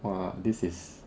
!wah! this is